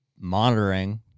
monitoring